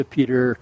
Peter